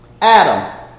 Adam